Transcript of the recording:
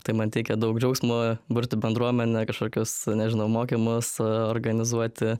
tai man teikia daug džiaugsmo burti bendruomenę kažkokius nežinau mokymus organizuoti